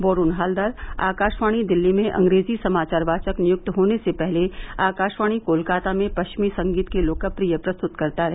बोरून हलदर आकाशवाणी दिल्ली में अंग्रेजी समाचार वाचक नियुक्त होने से पहले आकाशवाणी कोलकाता में पश्चिमी संगीत के लोकप्रिय प्रस्तुतकर्ता रहे